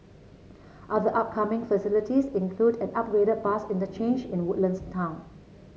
other upcoming facilities include an upgraded bus interchange in Woodlands town